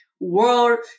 world